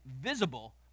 visible